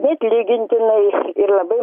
neatlygintinai ir labai